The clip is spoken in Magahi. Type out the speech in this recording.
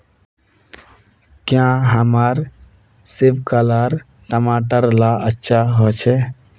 क्याँ हमार सिपकलर टमाटर ला अच्छा होछै?